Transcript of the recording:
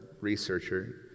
researcher